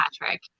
Patrick